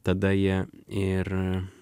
tada jie ir